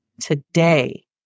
Today